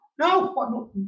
No